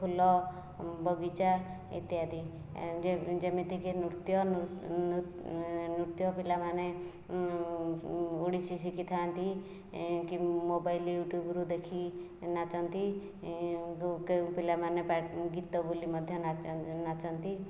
ଫୁଲ ବଗିଚା ଇତ୍ୟାଦି ଯେମିତିକି ନୃତ୍ୟ ନୃତ୍ୟ ପିଲାମାନେ ଓଡ଼ିଶୀ ଶିଖିଥାନ୍ତି କି ମୋବାଇଲ୍ ୟୁଟ୍ୟୁବରୁ ଦେଖି ନାଚନ୍ତି ପିଲାମାନେ ଗୀତ ବୋଲି ମଧ୍ୟ ନାଚ ନାଚନ୍ତି